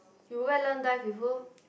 you go back learn dive from who